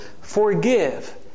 Forgive